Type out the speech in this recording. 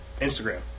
Instagram